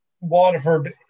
Waterford